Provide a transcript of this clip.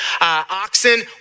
oxen